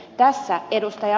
tässä ed